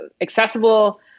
accessible